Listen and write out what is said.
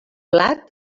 plat